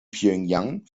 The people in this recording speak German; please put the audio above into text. pjöngjang